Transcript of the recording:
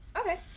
Okay